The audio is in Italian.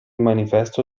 manifesto